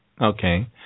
Okay